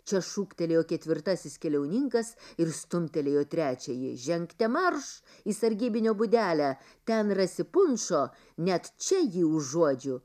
čia šūktelėjo ketvirtasis keliauninkas ir stumtelėjo trečiąjį žengte marš į sargybinio būdelę ten rasi punšo net čia jį užuodžiu